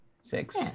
Six